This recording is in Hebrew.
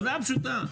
הודעה פשוטה.